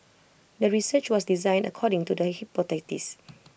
the research was designed according to the hypothesis